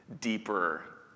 deeper